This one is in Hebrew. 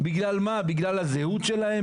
בגלל מה, בגלל הזהות שלהם?